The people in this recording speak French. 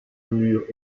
murs